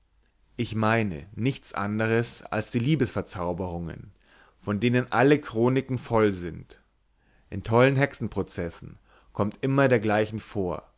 ich meine nichts anders als die liebesverzauberungen von denen alle chroniken voll sind in tollen hexenprozessen kommt immer dergleichen vor